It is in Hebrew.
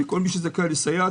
וכל מי שזכאי לסייעת,